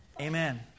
Amen